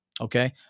Okay